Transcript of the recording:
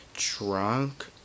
drunk